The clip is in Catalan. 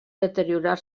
deteriorar